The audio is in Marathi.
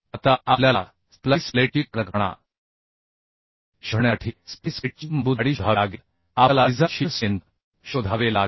आता आपल्याला स्प्लाईस प्लेटची कडकपणा शोधण्यासाठी स्प्लाइस प्लेटची मजबूत जाडी शोधावी लागेल आपल्याला डिझाइन शीअर स्ट्रेंथ शोधावे लागेल